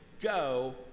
go